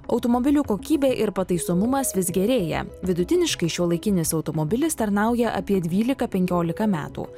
automobilių kokybė ir pataisomumas vis gerėja vidutiniškai šiuolaikinis automobilis tarnauja apie dvylika penkiolika metų